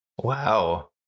Wow